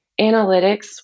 analytics